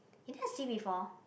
you never see before